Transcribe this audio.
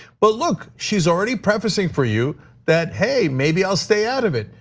but look, she's already prefacing for you that hey, maybe i'll stay out of it.